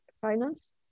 finance